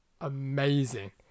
amazing